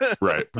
right